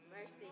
Mercy